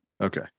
Okay